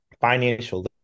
financial